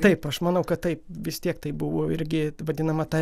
taip aš manau kad taip vis tiek tai buvo irgi vadinama ta